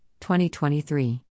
2023